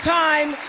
time